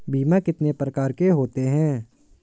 बीमा कितने प्रकार के होते हैं?